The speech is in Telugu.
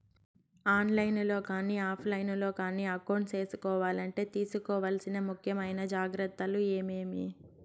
ఆన్ లైను లో కానీ ఆఫ్ లైను లో కానీ అకౌంట్ సేసుకోవాలంటే తీసుకోవాల్సిన ముఖ్యమైన జాగ్రత్తలు ఏమేమి?